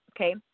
okay